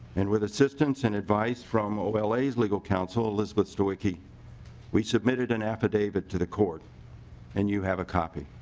and with assistance and advice from ola's legal counsel elizabeth zywicki we submitted an affidavit to the court and you have a copy.